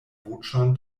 voĉon